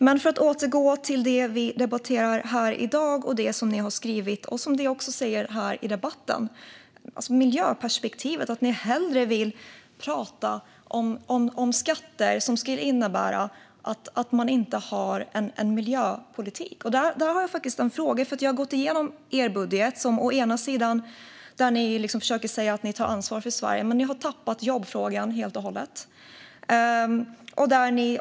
Låt mig återgå till det vi i dag debatterar och som ni både har skrivit om och som ni säger här i debatten. Det handlar om miljöperspektivet. Ni vill hellre tala om skatter som skulle innebära att man inte har en miljöpolitik. Jag har faktiskt en fråga angående det. Jag har gått igenom ert budgetförslag. Å ena sidan försöker ni säga att ni tar ansvar för Sverige, å andra sidan har ni helt och hållet tappat jobbfrågan.